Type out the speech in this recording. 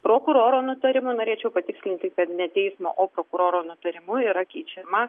prokuroro nutarimu norėčiau patikslinti kad ne teismo o prokuroro nutarimu yra keičiama